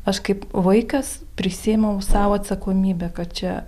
aš kaip vaikas prisiėmiau sau atsakomybę kad čia